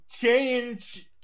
Change